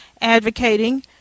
advocating